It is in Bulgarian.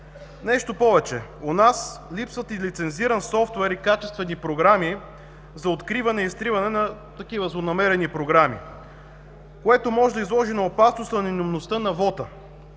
Нещо повече – у нас липсват и лицензиран софтуер и качествени програми за откриване и изтриване на такива злонамерени програми, което може да изложи на опасност анонимността на вота.